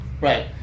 Right